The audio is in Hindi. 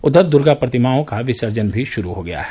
उधर दुर्गा प्रतिमाओं का विसर्जन भी शुरू हो गया है